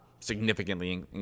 significantly